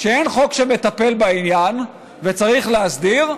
שאין חוק שמטפל בעניין וצריך להסדיר,